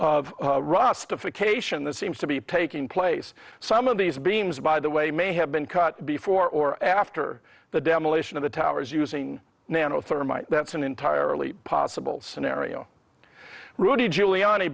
that seems to be taking place some of these beams by the way may have been cut before or after the demolition of the towers using nano thermite that's an entirely possible scenario rudy giuliani